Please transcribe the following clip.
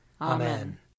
Amen